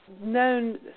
Known